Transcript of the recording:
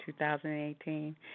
2018